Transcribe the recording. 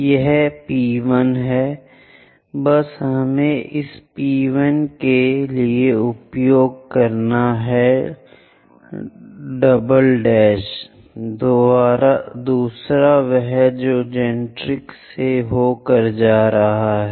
यह एक P1 है बस हमें इस P1 के लिए उपयोग करें दूसरा वह जो जेनरेट्रिक्स से होकर जाता है